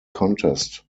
contest